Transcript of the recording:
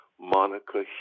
Monica